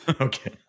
Okay